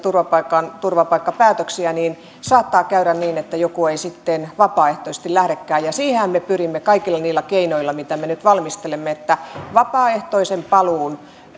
turvapaikkapäätöksiä niin saattaa käydä niin että joku ei sitten vapaaehtoisesti lähdekään ja siihenhän me pyrimme kaikilla niillä keinoilla mitä me nyt valmistelemme että vapaaehtoinen paluu